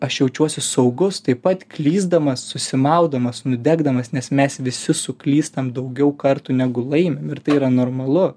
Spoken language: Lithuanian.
aš jaučiuosi saugus taip pat klysdamas susimaudamas nudegdamas nes mes visi suklystam daugiau kartų negu laimim ir tai yra normalu